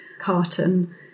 carton